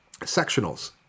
sectionals